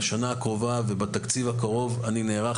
בשנה הקרובה ובתקציב הקרוב אני נערך